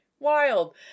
wild